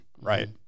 right